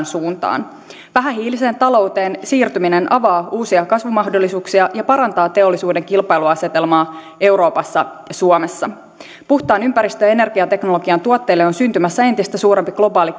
suuntaan vähähiiliseen talouteen siirtyminen avaa uusia kasvumahdollisuuksia ja parantaa teollisuuden kilpailuasetelmaa euroopassa ja suomessa puhtaan ympäristö ja energiateknologian tuotteille on syntymässä entistä suurempi globaali